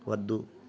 వద్దు